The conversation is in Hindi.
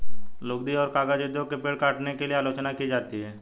लुगदी और कागज उद्योग की पेड़ काटने के लिए आलोचना की जाती है